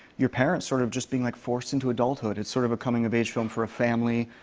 your parents, sort of just being like forced into adulthood. it's sort of a coming-of-age film for a family.